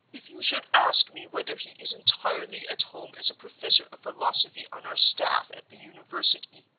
if you should ask me whether he is entirely at home as a professor of philosophy on our staff at the university,